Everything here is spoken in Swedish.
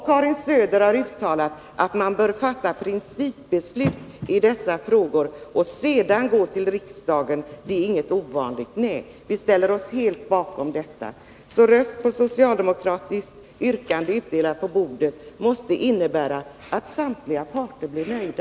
Karin Söder har uttalat att man bör fatta principbeslut i dessa frågor och sedan gå till riksdagen — det är inget ovanligt. Vi ställer oss helt bakom detta. Så röst på socialdemokratiskt yrkande, utdelat i kammaren, måste innebära att samtliga parter blir nöjda.